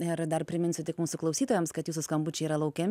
ir dar priminsiu tik mūsų klausytojams kad jūsų skambučiai yra laukiami